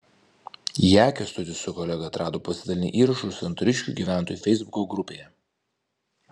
ją kęstutis su kolega atrado pasidalinę įrašu santariškių gyventojų feisbuko grupėje